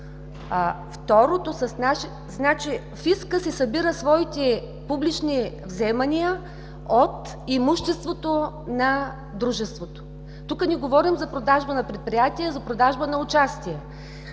Второ, фискът си събира своите публични вземания от имуществото на дружеството. Тук не говорим за продажба на предприятие, а за продажба на участие.